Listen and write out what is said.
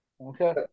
Okay